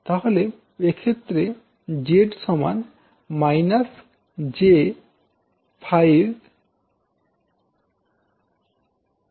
তাহলে এক্ষেত্রে Z −j5